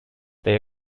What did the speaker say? they